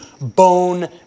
bone